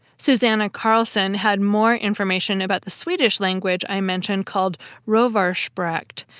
susanna karlsson had more information about the swedish language i mentioned called rovarspraket,